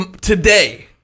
today